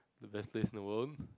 the best place in the world